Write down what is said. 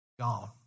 gone